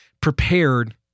prepared